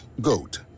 GOAT